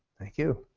thank you.